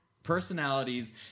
personalities